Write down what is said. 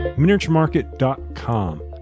miniaturemarket.com